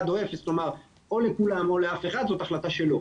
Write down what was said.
--- או לכולם או לאף אחד' זאת החלטה שלו,